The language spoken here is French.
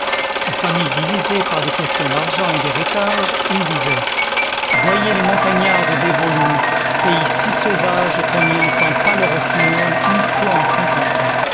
aux familles divisées par des questions d'argent et d'héritage il disait voyez les montagnards de devoluy pays si sauvage qu'on n'y entend pas le rossignol une fois en cinquante ans